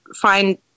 find